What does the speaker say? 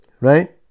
right